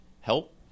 help